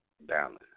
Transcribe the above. Balance